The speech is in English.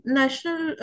national